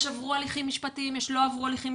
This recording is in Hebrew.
יש שעברו הליכים משפטיים ויש כאלה שלא.